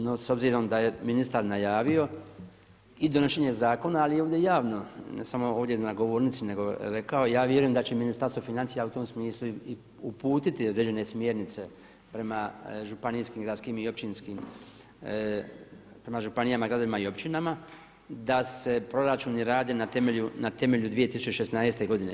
No, s obzirom da je ministar najavio i donošenje zakona ali i ovdje javno, ne samo ovdje na govornici, nego je rekao ja vjerujem da će Ministarstvo financija u tom smislu i uputiti određene smjernice prema županijskim, gradskim i općinskim, prema županijama, gradovima i općinama da se proračuni rade na temelju 2016. godine.